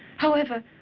however,